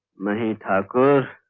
he grows